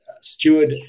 steward